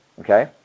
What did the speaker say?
Okay